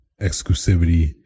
exclusivity